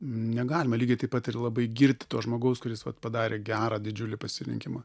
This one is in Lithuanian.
negalima lygiai taip pat ir labai girti to žmogaus kuris padarė gerą didžiulį pasirinkimą